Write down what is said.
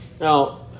Now